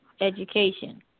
education